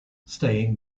staying